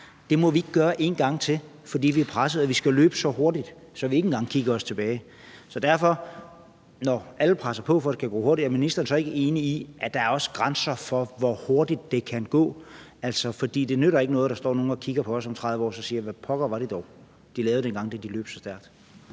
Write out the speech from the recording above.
Det må vi ikke gøre en gang til, fordi vi er presset og skal løbe så hurtigt, at vi ikke engang kigger os tilbage. Så er ministeren derfor ikke enig i, at når alle presser på, for at det skal gå hurtigere, så er der også grænser for, hvor hurtigt det kan gå? For det nytter ikke noget, at der står nogle og kigger på os om 30 år og spørger: Hvad pokker var det dog, de lavede dengang, da de løb så stærkt?